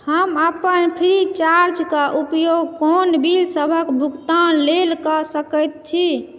हम अपन free charge कऽ उपयोग कोन बिल सभक भुगतान लेलकऽ सकैत छी